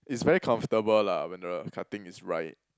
is very comfortable lah when the cutting is right